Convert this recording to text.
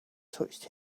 touched